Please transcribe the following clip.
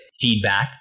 feedback